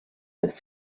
with